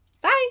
Bye